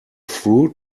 fruit